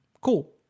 cool